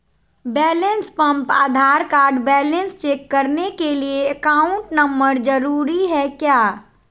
Balance pump Aadhaar card balance check करने के लिए अकाउंट नंबर जरूरी है क्या?